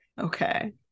Okay